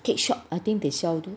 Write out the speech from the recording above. cake shop I think they sell those